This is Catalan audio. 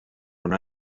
una